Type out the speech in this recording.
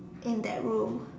in that room